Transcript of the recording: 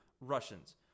Russians